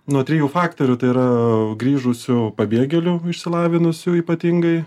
nuo trijų faktorių tai yra grįžusių pabėgėlių išsilavinusių ypatingai